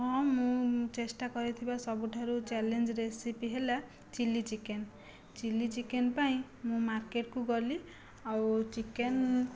ହଁ ମୁଁ ଚେଷ୍ଟା କରିଥିବା ସବୁଠାରୁ ଚ୍ୟାଲେଞ୍ଜ ରେସିପି ହେଲା ଚିଲ୍ଲି ଚିକେନ ଚିଲ୍ଲି ଚିକେନ ପାଇଁ ମୁଁ ମାର୍କେଟକୁ ଗଲି ଆଉ ଚିକେନ